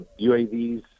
UAVs